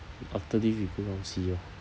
after this we go down see lor